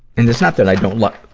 and it's not that i don't lo,